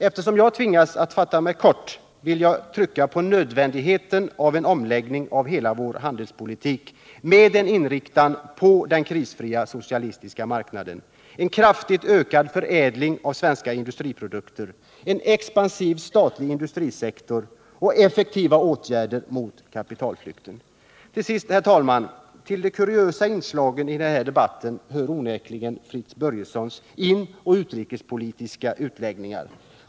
Eftersom jag tvingas fatta mig kort vill jag trycka på nödvändigheten av en omläggning av hela vår handelspolitik med inriktning på den krisfria socialistiska marknaden, en kraftigt ökad förädling av de svenska industriprodukterna, en expansiv statlig industrisektor och effektiva åtgärder mot kapitalflykten. Till sist, herr talman! Till de kuriösa inslagen i denna debatt hör onekligen Fritz Börjessons inoch utrikespolitiska utläggningar.